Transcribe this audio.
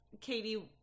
Katie